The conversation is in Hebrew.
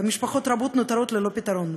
ומשפחות רבות נותרות ללא פתרון,